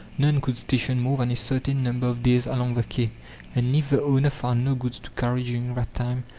none could station more than a certain number of days along the quay and if the owner found no goods to carry during that time,